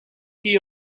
key